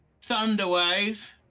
Thunderwave